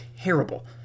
terrible